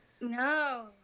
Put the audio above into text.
no